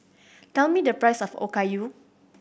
tell me the price of Okayu